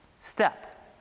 step